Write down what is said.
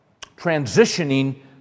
transitioning